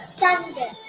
thunder